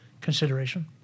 consideration